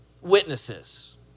witnesses